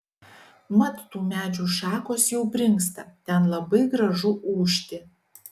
mat tų medžių šakos jau brinksta ten labai gražu ūžti